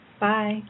Bye